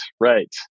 right